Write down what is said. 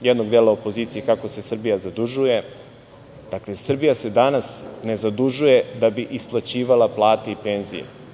jednog dela opozicije kako se Srbija zadužuje. Dakle, Srbija se danas ne zadužuje da bi isplaćivala plate i penzije,